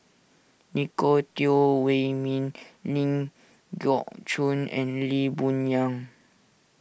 Nicolette Teo Wei Min Ling Geok Choon and Lee Boon Yang